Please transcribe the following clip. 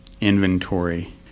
inventory